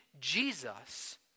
Jesus